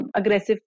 aggressive